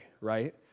right